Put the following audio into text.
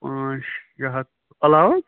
پانٛژھ شےٚ ہَتھ علاوٕ